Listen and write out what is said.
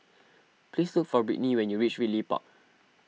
please look for Brittney when you reach Ridley Park